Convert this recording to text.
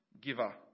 giver